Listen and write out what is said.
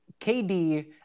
KD